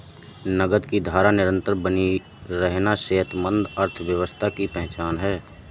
नकद की धारा निरंतर बनी रहना सेहतमंद अर्थव्यवस्था की पहचान है